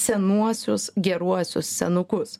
senuosius geruosius senukus